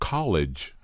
College